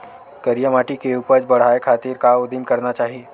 करिया माटी के उपज बढ़ाये खातिर का उदिम करना चाही?